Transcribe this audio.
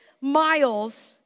miles